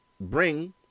bring